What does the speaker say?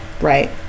Right